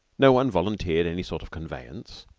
no one volunteered any sort of conveyance.